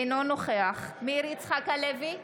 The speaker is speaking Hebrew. אינו נוכח מאיר יצחק הלוי,